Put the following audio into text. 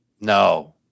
No